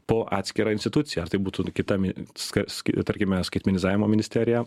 po atskirą instituciją ar tai būtų kita min ska tarkime skaitmenizavimo ministerija